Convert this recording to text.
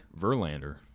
Verlander